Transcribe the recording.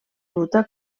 ruta